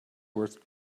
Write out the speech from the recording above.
worth